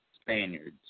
Spaniards